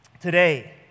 today